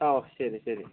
ആ ശരി ശരി